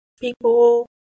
people